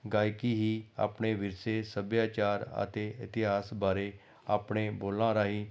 ਗਾਇਕੀ ਹੀ ਆਪਣੇ ਵਿਰਸੇ ਸੱਭਿਆਚਾਰ ਅਤੇ ਇਤਿਹਾਸ ਬਾਰੇ ਆਪਣੇ ਬੋਲਾਂ ਰਾਹੀਂ